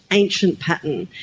ancient pattern.